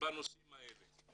בנושאים האלה.